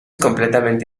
completamente